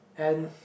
and